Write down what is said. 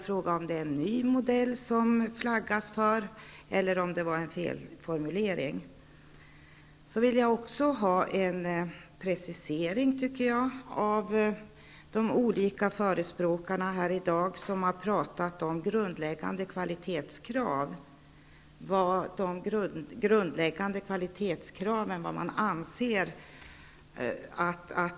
Är det en ny modell som det flaggas för eller var det en felformulering? Jag vill också ha en precisering av dem som har förespråkat grundläggande kvalitetskrav här i dag: Vilka anser man att de grundläggande kvalitetskraven skall vara?